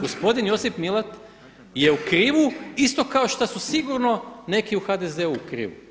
Gospodin Josip Milat je u krivu isto kao šta su sigurno neki u HDZ-u u krivu.